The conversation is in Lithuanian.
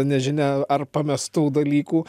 nežinia ar pamestų dalykų